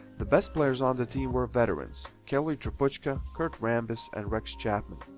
the best players on the team were veterans kelly tripucka, kurt rambis and rex chapman.